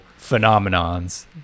phenomenons